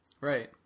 Right